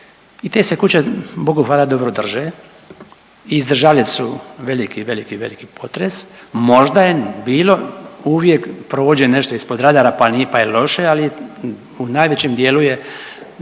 i te se kuće Bogu hvala dobro drže i izdržale su veliki, veliki, veliki potres. Možda je bilo uvijek prođe nešto ispod radara pa je loše, ali u najvećem dijelu je